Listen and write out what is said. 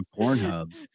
Pornhub